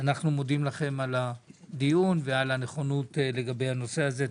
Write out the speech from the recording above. אנחנו מודים לכם על הדיון ועל הנכונות לגבי הנושא הזה.